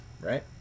right